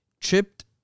tripped